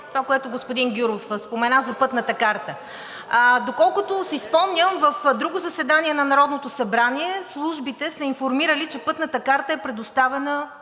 това, което господин Гюров спомена, за Пътната карта. Доколкото си спомням, в друго заседание на Народното събрание службите са информирали, че Пътната карта е предоставена